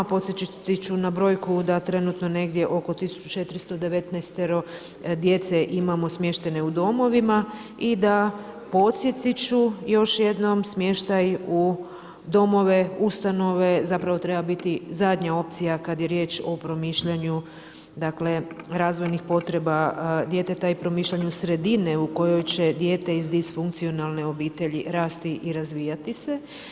Podsjetit ću na brojku da trenutno negdje oko 1419 djece imamo smještene u domovima i da, podsjetit ću još jednom, smještaj u domove, ustanove zapravo treba biti zadnja opcija kad je riječ o promišljanju razvojnih potreba djeteta i promišljanju sredine u kojoj će dijete iz disfunkcionalne obitelji rasti i razvijati se.